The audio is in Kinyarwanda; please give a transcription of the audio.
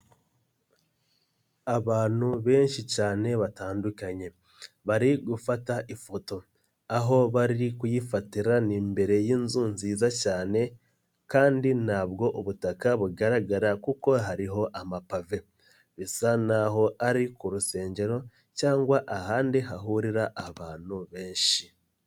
Abantu benshi cyane batandukanye bari gufata ifoto, aho bari kuyifatira ni imbere y'inzu nziza cyane kandi ntabwo ubutaka bugaragara kuko hariho amapave, bisa naho ari ku rusengero cyangwa ahandi hahurira abantu benshi.